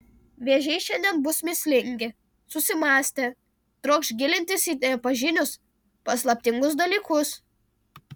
vėžiai šiandien bus mįslingi susimąstę trokš gilintis į nepažinius paslaptingus dalykus